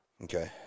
okay